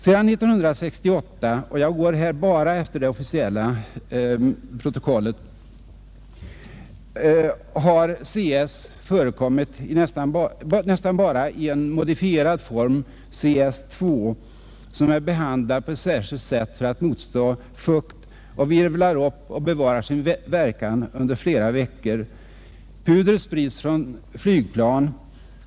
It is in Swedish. Sedan 1968 — och jag går här bara efter det officiella protokollet — har CS förekommit nästan bara i en modifierad form, CS2, som är behandlat på ett särskilt sätt för att motstå fukt och som virvlar upp och bevarar sin verkan under flera veckor. Pudret sprids från flygplan.